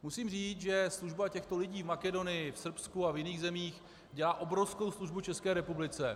Musím říct, že služba těchto lidí v Makedonii, v Srbsku a jiných zemích dělá obrovskou službu České republice.